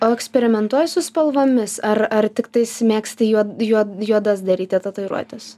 o eksperimentuoji su spalvomis ar ar tiktais mėgsti juod juod juodas daryti tatuiruotes